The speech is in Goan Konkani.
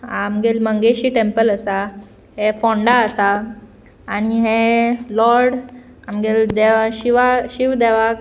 आमगेले मंगेशी टेंपल आसा हें फोंडा आसा आनी हें लॉड आमगे देवा शिवा शिव देवाक